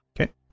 Okay